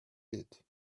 lit